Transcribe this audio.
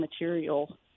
material